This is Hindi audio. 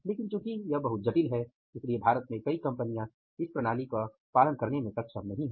लेकिन चूंकि यह बहुत जटिल है इसलिए भारत में कई कंपनियां इस प्रणाली का पालन करने में सक्षम नहीं हैं